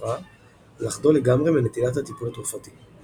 אדם החי עם הפרעה חש כאילו דבר מה יסודי נפגם בהווייתו,